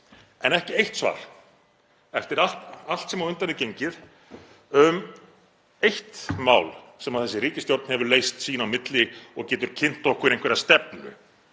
En ekki eitt svar, eftir allt sem á undan er gengið, um eitt mál sem þessi ríkisstjórn hefur leyst sín á milli og getur kynnt okkur einhverja stefnu